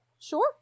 sure